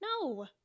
No